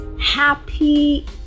happy